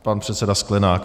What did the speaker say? Pan předseda Sklenák.